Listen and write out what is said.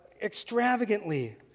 extravagantly